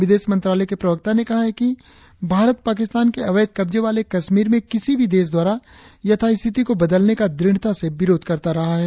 विदेश मंत्रालय के प्रवक्ता ने कहा है कि भारत पाकिस्तान के अवैध कब्जे वाले कश्मीर में किसी भी देश द्वारा यथास्थिति को बदलने का ढ्रढता से विरोध करता रहा है